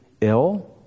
ill